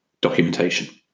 Documentation